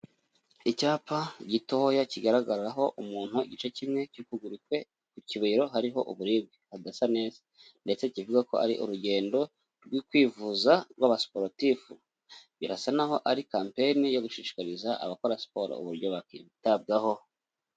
Icyapa gitoya kigaragaraho umuntu igice kimwe cy'ukuguru kwe ku kibero hariho uburibwe hadasa neza ndetse kivuga ko ari urugendo rwo kwivuza rw'aba siporutifu, birasa naho ari kampene yo gushishikariza abakora siporo uburyo bakitabwaho.